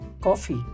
coffee